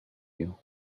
you